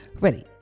ready